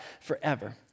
forever